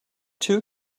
two